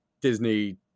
Disney